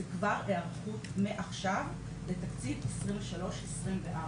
זה כבר היערכות מעכשיו לתקציב 2023-2024,